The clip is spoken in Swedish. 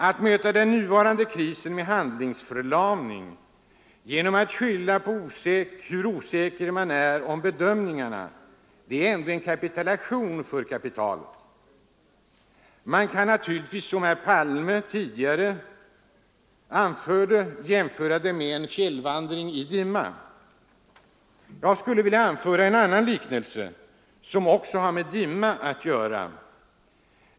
Att möta den nuvarande krisen med handlingsförlamning genom att skylla på hur osäker man är om bedömningarna, det är ändå en kapitulation för kapitalet. Man kan naturligtvis — som herr Palme tidigare gjorde — jämföra det med en fjällvandring i dimma. Jag skulle vilja ta en annan liknelse som också har med dimma att göra.